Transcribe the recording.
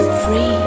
free